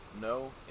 No